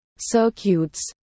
circuits